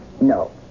No